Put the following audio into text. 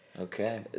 Okay